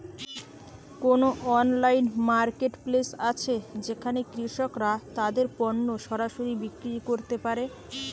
কোন online marketplace আছে যেখানে কৃষকরা তাদের পণ্য সরাসরি বিক্রি করতে পারে?